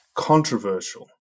controversial